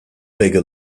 bigger